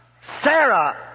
Sarah